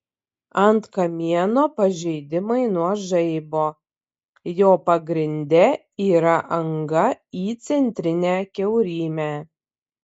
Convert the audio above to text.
ant kamieno pažeidimai nuo žaibo jo pagrinde yra anga į centrinę kiaurymę